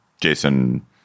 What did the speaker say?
Jason